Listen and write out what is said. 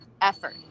effort